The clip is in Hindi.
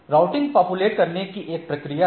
राउटिंग पॉपुलेट करने की एक प्रक्रिया है